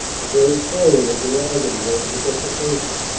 her very soul was in agony over the desecration.